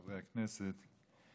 חברי הכנסת,